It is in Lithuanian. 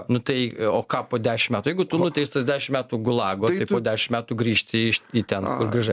nu tai o ką po dešimt metų jeigu tu nuteistas dešimt metų gulago tai po dešimt metų grįžti iš į ten kur grįžai